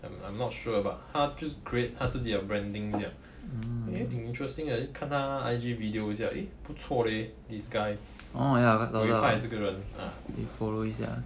I'm not sure but 他就是 create 他自己的 branding 这样挺 interesting 的看他 I_G video 一下 eh 不错 leh this guy buay pai eh 这个人